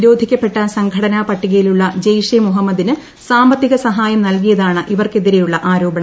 നിരോധിക്കപ്പെട്ട സംഘടനാ പട്ടികയിലുള്ള ജെയ്ഷെ മുഹമ്മദിന് സാമ്പത്തിക സഹായം നൽകിയതാണ് ഇവർക്കെതിരെയുള്ള ആരോപണം